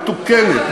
מתוקנת,